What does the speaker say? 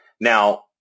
Now